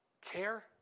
care